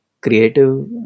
creative